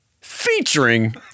featuring